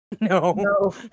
no